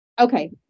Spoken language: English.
Okay